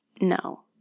No